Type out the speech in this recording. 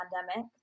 pandemic